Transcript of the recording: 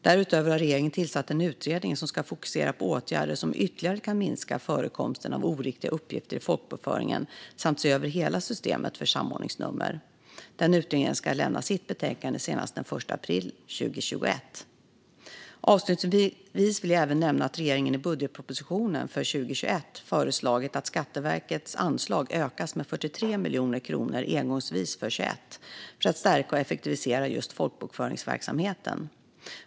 Därutöver har regeringen tillsatt en utredning som ska fokusera på åtgärder som ytterligare kan minska förekomsten av oriktiga uppgifter i folkbokföringen samt se över hela systemet för samordningsnummer. Utredningen ska lämna sitt betänkande senast den 1 april 2021. Avslutningsvis vill jag även nämna att regeringen i budgetpropositionen för 2021 har föreslagit att Skatteverkets anslag ökas med 43 miljoner kronor engångsvis 2021 för att förstärka och effektivisera folkbokföringsverksamheten.